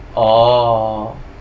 orh